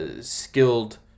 skilled